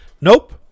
Nope